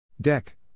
Deck